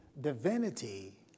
divinity